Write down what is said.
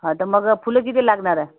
हं तर मग फुलं किती लागणार आहे